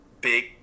big